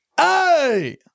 Hey